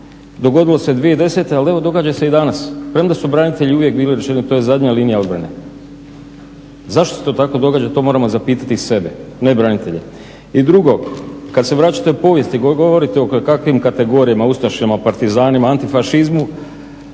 Dogodilo se 2010., ali evo događa se i danas, premda su branitelji uvijek bili … zadnja linija obrane. Zašto se to tako događa to moramo zapitati sebe, ne branitelje. I drugo, kad se vraćate u povijest i govorite o kojekakvim kategorijama, ustašama, partizanima, antifašizmu